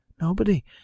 Nobody